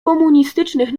komunistycznych